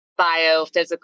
biophysical